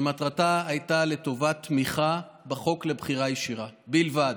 שמטרתה הייתה לטובת תמיכה בחוק לבחירה ישירה בלבד.